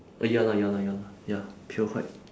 uh ya lah ya lah ya lah ya pale white